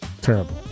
Terrible